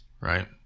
right